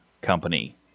company